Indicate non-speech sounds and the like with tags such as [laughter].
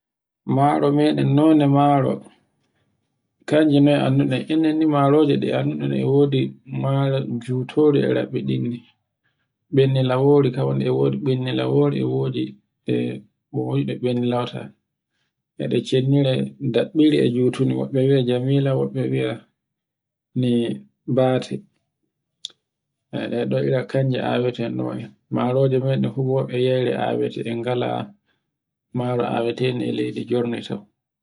Maro meɗen no ne maro kanjinoye annduɗen. Enen ni maroji ɗi annduɗen e wodi maro jutonde e rabbtine, e wodi, [noise] binnilawori e wodi binnilawori, e wodi e boyuɗe bendilauta. E ɗe cindire ɗabbire e jutunde, be wiya jamila, woɓɓe yiya nmi bate. E ɗe ɗo irakanje aweten ɗo en. maroje meɗen huɓoɗe yiyoɗe yiyayre awuten en gala maro aweten e laydi jorne yaw.